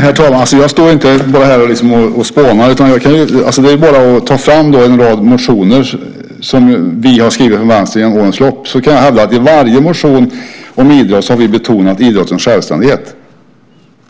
Herr talman! Jag står inte liksom bara här och spånar. Det är bara att ta fram den rad av motioner som vi från Vänstern har skrivit under årens lopp. Jag hävdar att vi i varje motion om idrott har betonat idrottens självständighet.